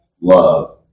love